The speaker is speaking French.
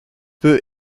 peut